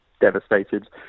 devastated